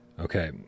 okay